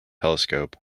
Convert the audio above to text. telescope